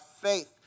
faith